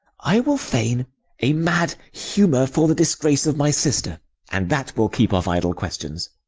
i will feign a mad humour for the disgrace of my sister and that will keep off idle questions.